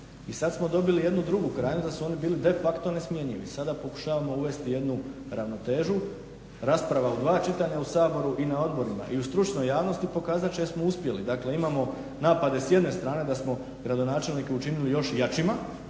I sada smo dobili jednu drugu krajnost da su oni bili de facto ne smjenjivi. I sada pokušavamo uvesti jednu ravnotežu, rasprava u dva čitanja u Saboru i na odborima i u stručnoj javnosti pokazat će jel smo uspjeli. Dakle imamo napade s jedne strane da smo gradonačelnike učinili još jačima